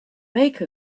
make